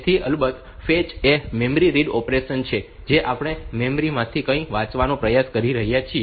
તેથી અલબત્ત ફેચ એ મેમરી રીડ ઓપરેશન છે જે આપણે મેમરી માંથી કંઈક વાંચવાનો પ્રયાસ કરી રહ્યા છીએ